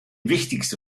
wichtigste